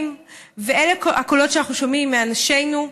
ואלה הקולות שאנחנו שומעים מאנשינו,